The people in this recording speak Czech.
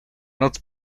noc